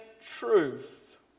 truth